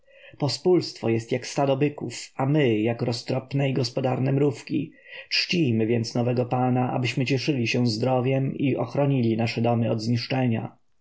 pospólstwo jest jak stado byków a my jak roztropne i gospodarne mrówki czcijmy więc nowego pana abyśmy cieszyli się zdrowiem i ochronili nasze domy od zniszczenia